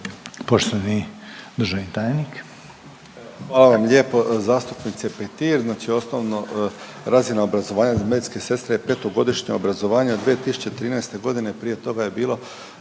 Poštovani državni tajnik.